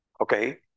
Okay